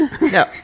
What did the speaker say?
No